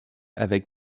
avec